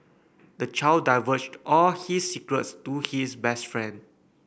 the child divulged all his secrets to his best friend